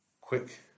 quick